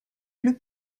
plus